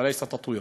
ולא לפיתוח.)